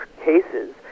cases